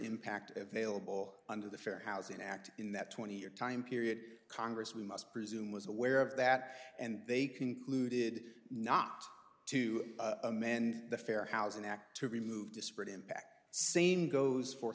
impact available under the fair housing act in that twenty year time period congress we must presume was aware of that and they concluded not to amend the fair housing act to remove disparate impact same goes for